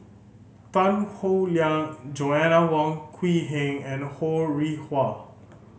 Tan Howe Liang Joanna Wong Quee Heng and Ho Rih Hwa